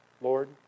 Lord